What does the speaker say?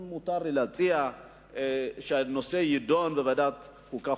אם מותר לי להציע שהנושא יידון בוועדת החוקה,